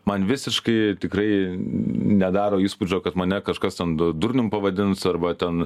man visiškai tikrai nedaro įspūdžio kad mane kažkas ten drnium pavadins arba ten